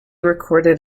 recorded